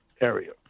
area